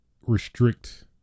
restrict